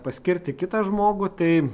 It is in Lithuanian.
paskirti kitą žmogų tai